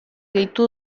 gehitu